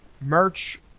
merch